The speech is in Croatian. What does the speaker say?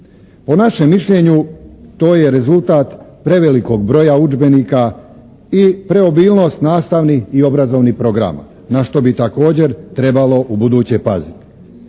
Po našem mišljenju to je rezultat prevelikog broja udžbenika i preobilnost nastavnih i obrazovnih programa na što bi također trebalo ubuduće paziti,